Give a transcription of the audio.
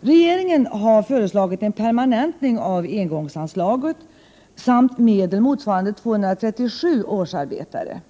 Regeringen har föreslagit en permanentning av engångsanslaget samt medel motsvarande 237 årsarbetare.